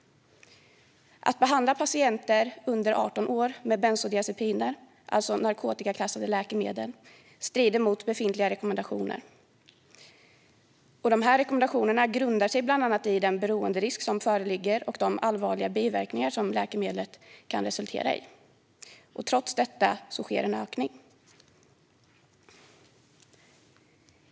Att behandla patienter under 18 år med bensodiazepiner, alltså narkotikaklassade läkemedel, strider mot befintliga rekommendationer. Rekommendationerna grundar sig bland annat i den beroenderisk som föreligger och de allvarliga biverkningar som läkemedlet kan resultera i. Trots detta sker en ökning.